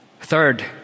Third